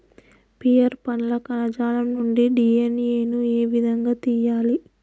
Pear పండ్ల కణజాలం నుండి డి.ఎన్.ఎ ను ఏ విధంగా తియ్యాలి?